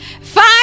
Five